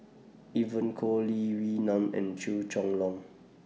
Evon Kow Lee Wee Nam and Chua Chong Long